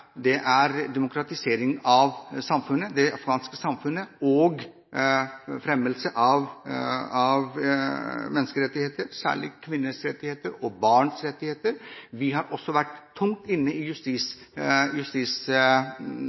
afghanske samfunnet og det å fremme menneskerettigheter, særlig kvinners og barns rettigheter. Vi har også vært tungt inne i